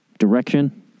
Direction